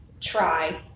try